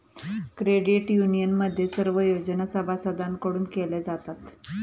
credit युनियनमध्ये सर्व योजना सभासदांकडून केल्या जातात